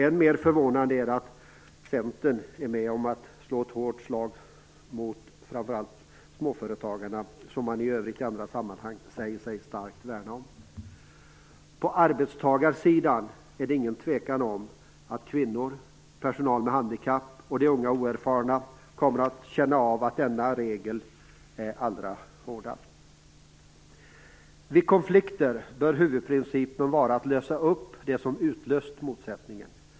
Ännu mer förvånande är att Centern är med och utdelar detta hårda slag mot framför allt småföretagarna, som man i andra sammanhang säger sig värna om. På arbetstagarsidan är det ingen tvekan om att kvinnor, personal med handikapp och de unga och oerfarna kommer att känna av denna regel allra hårdast. Vid konflikter bör huvudprincipen vara att man löser det som har utlöst motsättningen.